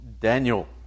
Daniel